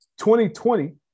2020